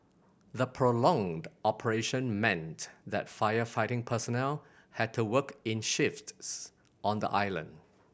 the prolonged operation meant that firefighting personnel had to work in shifts on the island